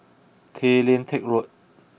Tay Lian Teck Road